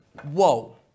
whoa